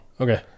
Okay